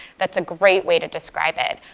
that's a great way to describe it.